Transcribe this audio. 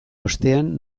ostean